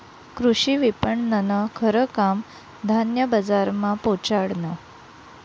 कृषी विपणननं खरं काम धान्य बजारमा पोचाडनं